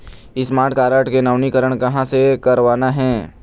Smart card के नवीनीकरण कहां से करवाना हे?